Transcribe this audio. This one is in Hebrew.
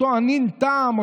אותו אנין טעם,